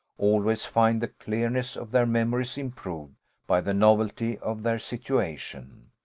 always find the clearness of their memories improved by the novelty of their situation.